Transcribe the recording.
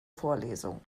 vorlesung